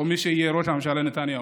או מי שיהיה ראש הממשלה, נתניהו,